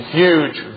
huge